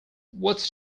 what’s